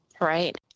right